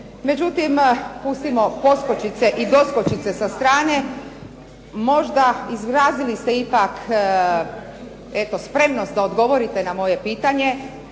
Međutim, putimo poskočice i doskočice sa strane, možda ste izrazili ipak spremnost da odgovorite na moje pitanje,